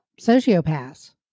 sociopaths